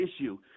issue